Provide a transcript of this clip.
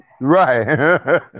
Right